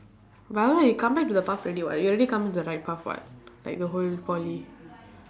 but right you come back to the path already [what] you already come in to the right path [what] like the whole poly